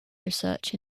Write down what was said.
research